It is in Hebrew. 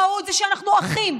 המהות היא שאנחנו אחים.